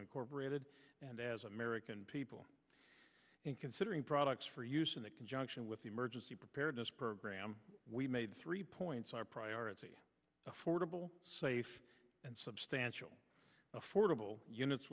incorporated and as american people in considering products for use in the conjunction with the emergency preparedness program we made three points our priority affordable safe and substantial affordable units